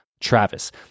Travis